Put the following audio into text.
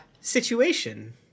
situation